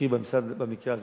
במקרה הזה,